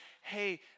Hey